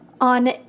on